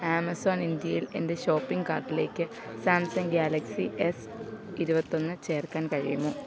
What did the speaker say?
Amazon ഇന്ത്യയിൽ എൻ്റെ shopping കാർട്ടിലേക്ക് സാംസങ് ഗാലക്സി എസ് ഇരുപത്തൊന്ന് ചേർക്കാൻ കഴിയുമോ